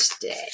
today